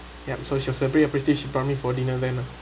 ya so she was pretty appreciated so she brought me for dinner then lah